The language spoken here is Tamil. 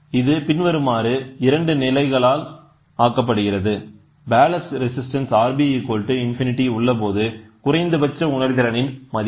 இது பின்வரும் இரண்டு நிலைகளால் 0 ஆக்கப்படுகிறது பேலஸ்ட் ரெஸிஸ்டன்ஸ் Rb உள்ளபோது குறைந்தபட்ச உணர்திறனின் மதிப்பு